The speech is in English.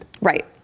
Right